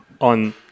on